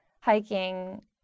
hiking